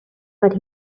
but